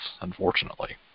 unfortunately